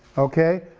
okay?